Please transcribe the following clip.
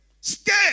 stay